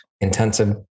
intensive